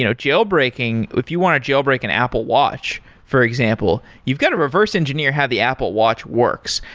you know jailbreaking, if you want a jailbreak an apple watch for example, you've got to reverse-engineer how the apple watch works.